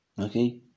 Okay